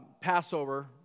Passover